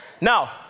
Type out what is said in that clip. Now